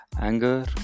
anger